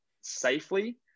safely